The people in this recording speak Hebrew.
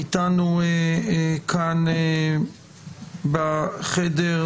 שתי הערות פתיחה.